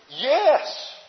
yes